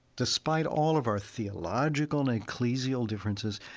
despite all of our theological and ecclesial differences,